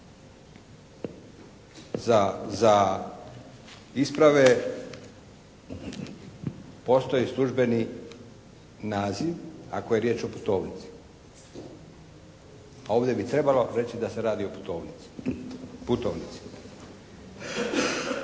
Za isprave postoje službeni naziv ako je riječ o putovnici, a ovdje bi trebalo reći da se radi o putovnici.